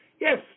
Yes